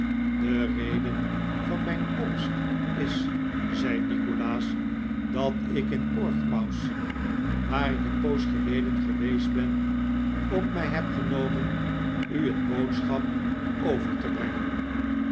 de reden van mijn komst is zei nikolaas dat ik in portsmouth waar ik een poos geleden geweest ben op mij heb genomen u een boodschap over te brengen